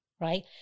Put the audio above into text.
right